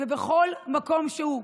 ובכל מקום שהוא,